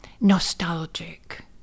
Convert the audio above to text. nostalgic